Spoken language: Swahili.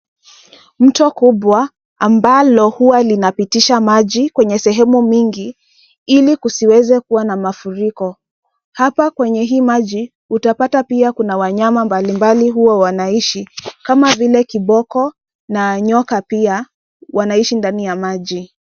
Mto kubwa ambalo hua linapitisha maji kwenye sehemu mingi ili kuziweze kua na mafuriko, hapa kwenye hii maji utapata pia kuna wanyama mbalimbali hua wanaishi kama vile kiboko na nyoka pia wanaishi ndani ya maji.